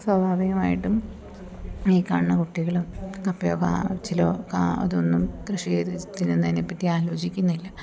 സ്വാഭാവികമായിട്ടും ഈ കാണുന്ന കുട്ടികളും കപ്പയോ കാച്ചിലോ അതൊന്നും കൃഷി ചെയ്തു തിന്നുന്നതിനെ പറ്റി ആലോചിക്കുന്നില്ല